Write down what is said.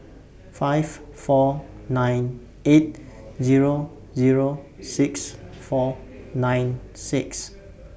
five four nine eight Zero Zero six four nine six